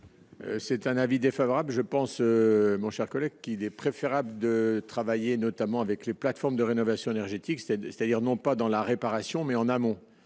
C'est un avis défavorable je pense mon cher collègue, qu'il est préférable de travailler notamment avec les plateformes de rénovation énergétique c'est-à-dire, c'est-à-dire non pas dans la réparation mais en amont